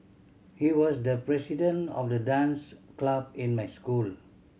he was the president of the dance club in my school